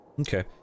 okay